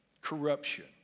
corruption